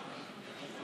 עשר דקות.